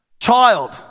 Child